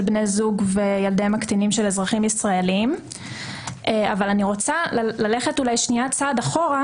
בני זוג וילדיהם הקטינים של אזרחים ישראלים אבל אני רוצה ללכת צעד אחורה